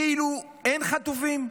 כאילו אין חטופים?